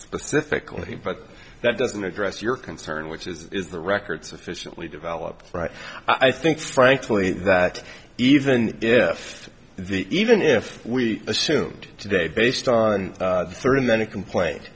specifically but that doesn't address your concern which is the record sufficiently developed right i think frankly that even if the even if we assume today based on certain then a complaint